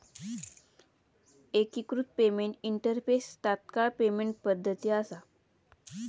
एकिकृत payment interface तात्काळ payment पद्धती असा